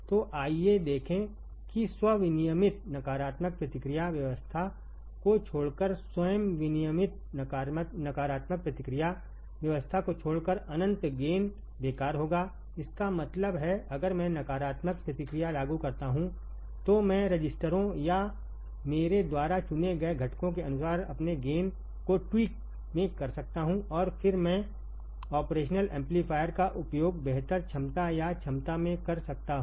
तो आइए देखेंकि स्व विनियमित नकारात्मक प्रतिक्रिया व्यवस्था को छोड़कर स्वयं विनियमित नकारात्मक प्रतिक्रिया व्यवस्था को छोड़करअनंत गेन बेकार होगाइसका मतलब है अगर मैं नकारात्मक प्रतिक्रिया लागू करता हूं तो मैं रजिस्टरों या मेरे द्वारा चुने गए घटकों के अनुसार अपने गेन कोट्वीकचुटकी में कर सकता हूं और फिर मैं ऑपरेशनल एम्पलीफायर काउपयोगबेहतर क्षमता या क्षमता मेंकर सकता हूं